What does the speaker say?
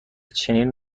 چنین